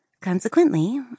Consequently